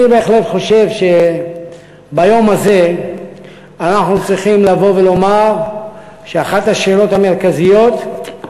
אני חושב שביום הזה אנחנו צריכים לבוא ולומר שאחת השאלות המרכזיות היא